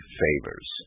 favors